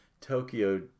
Tokyo